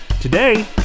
today